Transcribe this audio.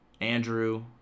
Andrew